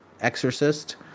Exorcist